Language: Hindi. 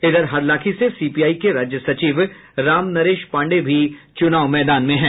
इधर हरलाखी से सीपीआई के राज्य सचिव रामनरेश पांडेय भी चुनाव मैदान में हैं